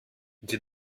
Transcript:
die